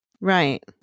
right